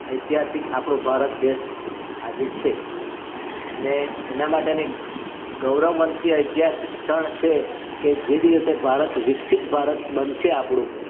ઐતિહાસિક આપણું ભારત દેશ આજે છે અને એના માટેની એક ગૌરવવંતી ઐતિહાસિક ક્ષણ છે કે જે દિવસે ભારત વિકસિત ભારત બનશે આપણું